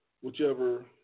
whichever